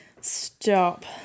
Stop